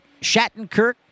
Shattenkirk